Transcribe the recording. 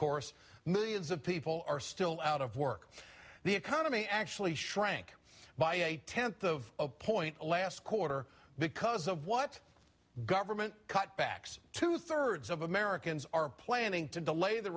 course millions of people are still out of work the economy actually shrank by a tenth of a point last quarter because of what government cutbacks two thirds of americans are planning to delay the